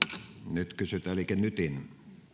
nyt kysytään liike nytin